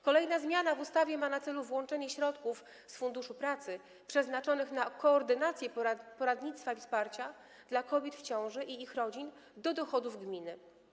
Kolejna zmiana w ustawie ma na celu włączenie środków z Funduszu Pracy przeznaczonych na koordynację poradnictwa i wsparcia dla kobiet w ciąży i ich rodzin do dochodów gminy.